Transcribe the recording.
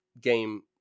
game